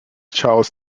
charles